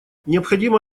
необходимо